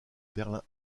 berlin